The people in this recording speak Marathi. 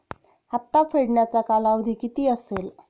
हप्ता फेडण्याचा कालावधी किती असेल?